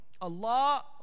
Allah